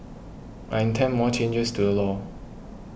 I intend more changes to the law